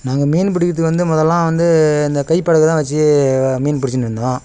நாங்கள் மீன் பிடிக்கிறத்துக்கு வந்து முதலாம் வந்து இந்த கைப்படகு தான் வச்சு மீன் பிடிச்சின்னு இருந்தோம்